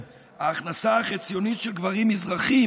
בשנת 2017 ההכנסה החציונית של גברים מזרחים